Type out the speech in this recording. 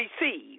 receive